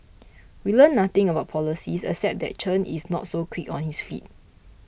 we learnt nothing about policies except that Chen is not so quick on his feet